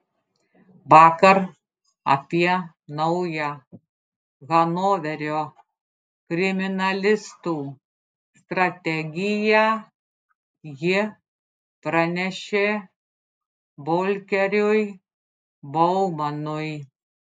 vakar apie naują hanoverio kriminalistų strategiją ji pranešė volkeriui baumanui